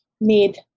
need